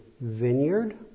vineyard